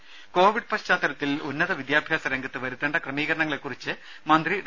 ദരദ കോവിഡ് പശ്ചാത്തലത്തിൽ ഉന്നത വിദ്യാഭ്യാസ രംഗത്ത് വരുത്തേണ്ട ക്രമീകരണങ്ങളെക്കുറിച്ച് മന്ത്രി ഡോ